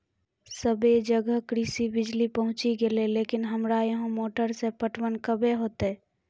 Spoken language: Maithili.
सबे जगह कृषि बिज़ली पहुंची गेलै लेकिन हमरा यहाँ मोटर से पटवन कबे होतय?